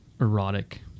erotic